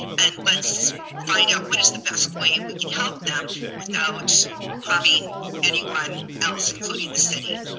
and let's find out what is the best way we can help them without harming anyone else, including the city.